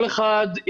כל אחד,